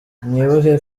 mwibuke